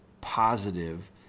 positive